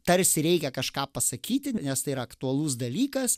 tarsi reikia kažką pasakyti nes tai yra aktualus dalykas